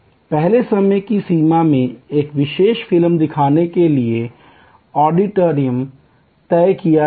पहले समय की सीमा में एक विशेष फिल्म दिखाने के लिए ऑडिटोरियम तय किया जाता था